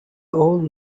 old